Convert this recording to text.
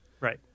Right